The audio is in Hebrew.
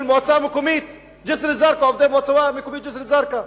של עובדי המועצה המקומית ג'סר-א-זרקא.